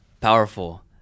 Powerful